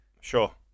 sure